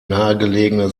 nahegelegene